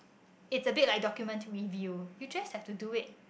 it's a bit like documentary review you just have to do it